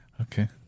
Okay